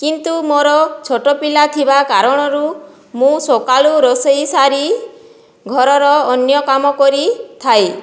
କିନ୍ତୁ ମୋର ଛୋଟ ପିଲା ଥିବା କାରଣରୁ ମୁଁ ସକାଳୁ ରୋଷେଇ ସାରି ଘରର ଅନ୍ୟକାମ କରିଥାଏ